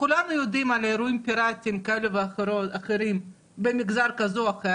כולנו יודעים על אירועים פירטיים כאלה ואחרים במגזר כזה או אחר,